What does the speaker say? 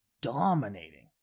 dominating